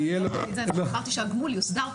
כי יהיה --- אמרתי שהגמול יוסדר,